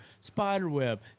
spiderweb